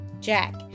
jack